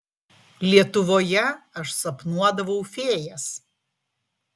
lietuvoje aš sapnuodavau fėjas